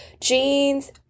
jeans